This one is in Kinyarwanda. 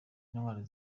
intwari